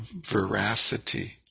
veracity